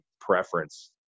preference